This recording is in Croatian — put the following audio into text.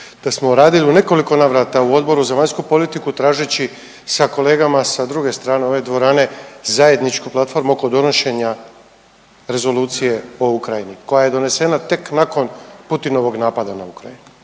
da smo radili u nekoliko navrata u Odboru za vanjsku politiku tražeći sa kolegama sa druge strane ove dvorane zajedničku platformu oko donošenja Rezolucije o Ukrajini koja je donesena tek nakon Putinovog napada na Ukrajinu.